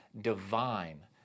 divine